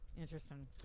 interesting